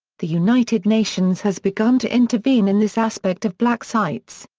the united nations has begun to intervene in this aspect of black sites.